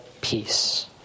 peace